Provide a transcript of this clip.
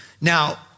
Now